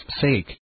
sake